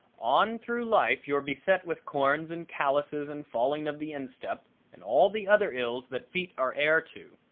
on through life you're beset with corns and callouses and falling of the instep and all the other ills that feet are heir to.